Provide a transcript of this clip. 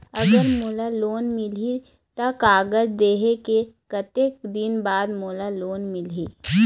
अगर मोला लोन मिलही त कागज देहे के कतेक दिन बाद मोला लोन मिलही?